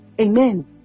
Amen